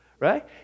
right